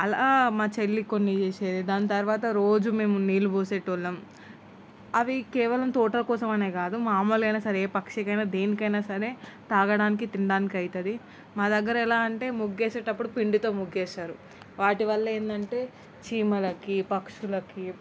అలా మా చెల్లి కొన్ని చేసేది దాని తర్వాత రోజు మేము నీళ్ళు పోసేవాళ్ళం అవి కేవలం తోట కోసం అనే కాదు మామూలుగా అయిన సరే ఏ పక్షికి అయిన దేనికైనా సరే తాగడానికి తినడానికి అవుతుంది మా దగ్గర ఎలా అంటే ముగ్గు వేసేటప్పుడు పిండితో ముగ్గు వేస్తారు వాటి వల్ల ఏంటంటే చీమలకి పక్షులకి